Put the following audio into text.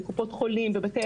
בקופות חולים בבתי עסק.